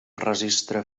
registre